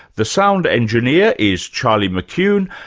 the sound engineer is charlie mckune,